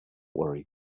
worry